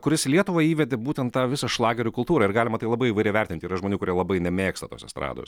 kuris į lietuvą įvedė būtent tą visą šlagerių kultūrą ir galima tai labai įvairiai vertinti yra žmonių kurie labai nemėgsta tos estrados